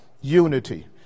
Unity